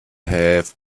have